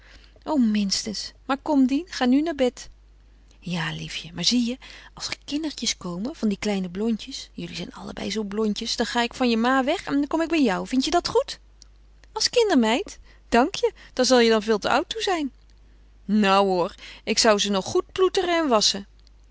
o minstens maar kom dien ga nu naar bed ja liefje maar zie je als er kindertjes komen van die kleine blondjes jullie zijn allebei zoo blondjes dan ga ik van je ma weg en dan kom ik bij jou vindt je dat goed als kindermeid dank je daar zal je dan veel te oud toe zijn nou hoor ik zou ze nog goed ploeteren